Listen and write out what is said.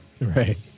right